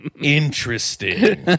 Interesting